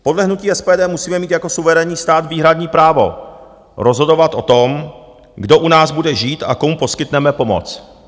Podle hnutí SPD musíme mít jako suverénní stát výhradní právo rozhodovat o tom, kdo u nás bude žít a komu poskytneme pomoc.